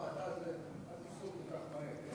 אל תפסול כל כך מהר.